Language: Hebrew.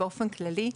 אלא באופן כללי,